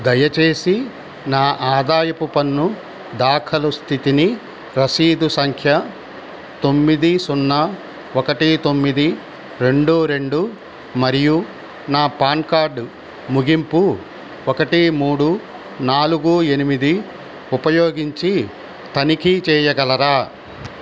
దయచేసి నా ఆదాయపు పన్ను దాఖలు స్థితిని రసీదు సంఖ్య తొమ్మిది సున్నా ఒకటి తొమ్మిది రెండు రెండు మరియు నా పాన్ కార్డు ముగింపు ఒకటి మూడు నాలుగు ఎనిమిది ఉపయోగించి తనిఖీ చెయ్యగలరా